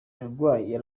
yarwaye